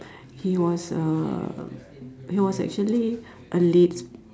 he was uh he was actually a late